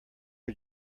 are